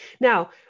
Now